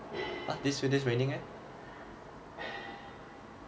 !huh! these few days raining meh